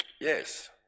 yes